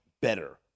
better